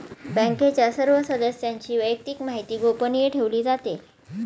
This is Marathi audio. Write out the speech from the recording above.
बँकेच्या सर्व सदस्यांची वैयक्तिक माहिती गोपनीय ठेवली जाते